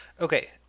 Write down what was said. Okay